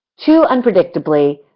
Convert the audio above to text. too unpredictably,